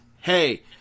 hey